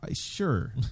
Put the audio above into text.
sure